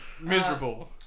Miserable